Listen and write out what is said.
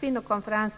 kvinnokonferens.